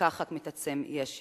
בכך רק מתעצם אי-השוויון.